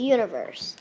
Universe